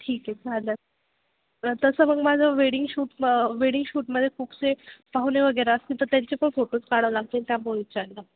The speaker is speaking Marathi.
ठीक आहे चालंल तसं मग माझं वेडिंग शूट वेडिंग शूटमध्ये खूपसे पाहुणे वगैरे असतील तर त्यांचे पण फोटोज काढावे लागतील त्यामुळे विचारलं